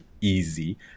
easy